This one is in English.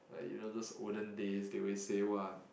like you know those olden days they always say !wah!